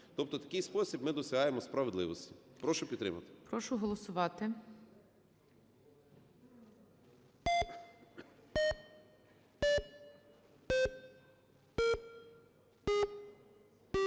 Тобто в такий спосіб ми досягаємо справедливості. Прошу підтримати. ГОЛОВУЮЧИЙ. Прошу голосувати.